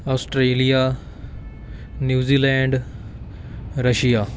Australia New Zealand Russia